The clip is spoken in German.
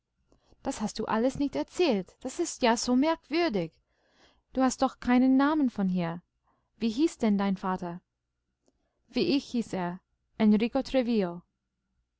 das hast du alles nicht erzählt das ist ja so merkwürdig du hast doch keinen namen von hier wie hieß denn dein vater wie ich hieß er enrico